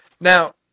Now